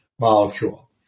molecule